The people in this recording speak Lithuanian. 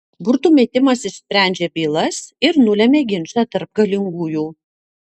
burtų metimas išsprendžia bylas ir nulemia ginčą tarp galingųjų